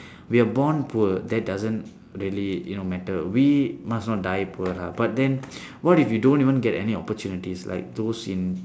we are born poor that doesn't really you know matter we must not die poor lah but then what if you don't even get any opportunities like those in